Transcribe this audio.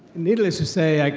needless to say, like